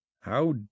How